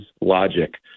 logic